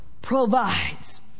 provides